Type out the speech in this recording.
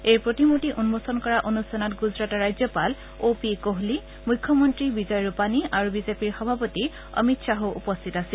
এই প্ৰতিমূৰ্তি উন্মোচন কৰা অনুষ্ঠানত গুজৰাটৰ ৰাজ্যপাল অ' পি কোহলি মুখ্যমন্ত্ৰী বিজয় ৰূপানি আৰু বিজেপিৰ সভাপতি অমিত খাহো উপস্থিত আছিল